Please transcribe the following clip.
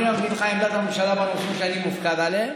אני אגיד לך את עמדת הממשלה בנושאים שאני מופקד עליהם,